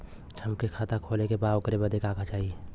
हमके खाता खोले के बा ओकरे बादे का चाही?